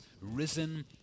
risen